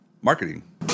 Marketing